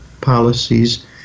policies